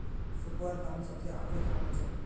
सुखव्वार काम सबस आखरी काम हछेक